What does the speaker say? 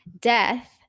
Death